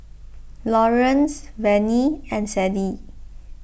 Laurance Venie and Sadie